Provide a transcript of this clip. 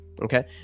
Okay